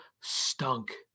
stunk